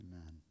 Amen